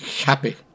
Happy